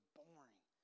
boring